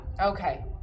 Okay